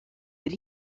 that